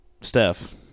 Steph